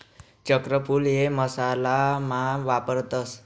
चक्रफूल हे मसाला मा वापरतस